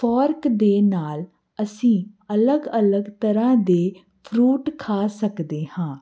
fork ਦੇ ਨਾਲ ਅਸੀਂ ਅਲੱਗ ਅਲੱਗ ਤਰ੍ਹਾਂ ਦੇ ਫਰੂਟ ਖਾ ਸਕਦੇ ਹਾਂ